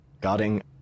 guarding